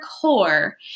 core